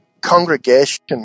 congregation